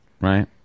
right